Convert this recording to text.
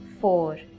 four